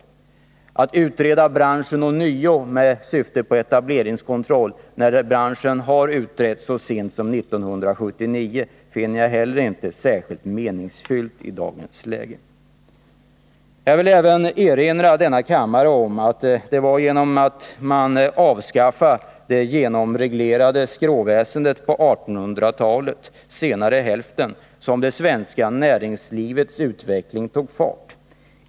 Jag finner det heller inte särskilt meningsfullt att ånyo utreda branschen med syfte på etableringskontroll, eftersom branschen har utretts så sent som 1979. Jag vill gärna erinra denna kammare om att det var genom att man avskaffade det genomreglerade skråväsendet under senare hälften av 1800-talet som det svenska näringslivets utveckling tog fart.